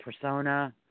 persona